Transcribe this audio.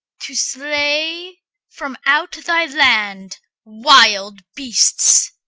to slay from out thy land wild beasts!